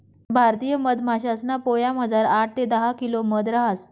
भारतीय मधमाशासना पोयामझार आठ ते दहा किलो मध रहास